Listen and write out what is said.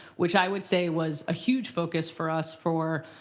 which i would say was a huge focus for us for